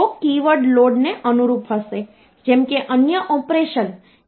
તેથી તે ત્યાં છે પરંતુ તે હશે